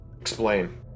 Explain